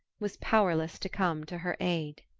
was powerless to come to her aid.